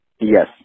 Yes